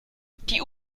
die